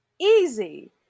easy